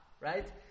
Right